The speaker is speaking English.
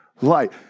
light